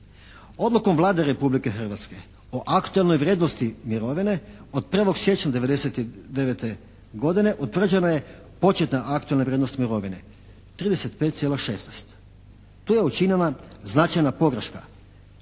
Odlukom Vlade Republike Hrvatske o aktualnoj vrijednosti mirovine od 1. siječnja 99. godine utvrđena je početna aktualna vrijednost mirovine, 35,16. Tu je učinjena značajna pogreška